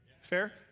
Fair